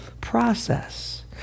process